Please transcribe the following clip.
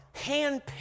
handpicked